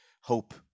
hope